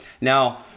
Now